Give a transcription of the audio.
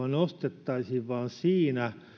nostettaisiin vaan siinä